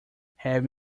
have